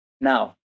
Now